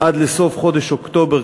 עד לסוף חודש אוקטובר,